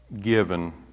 given